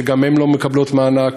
שגם הן לא מקבלות מענק,